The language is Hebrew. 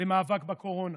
במאבק בקורונה,